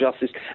justice